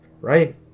Right